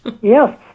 Yes